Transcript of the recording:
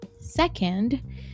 Second